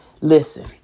Listen